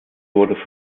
wurde